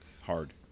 hard